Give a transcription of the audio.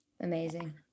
Amazing